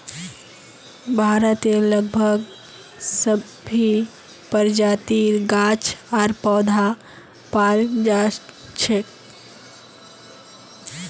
भारतत लगभग सभी प्रजातिर गाछ आर पौधा पाल जा छेक